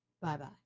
Bye-bye